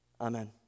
Amen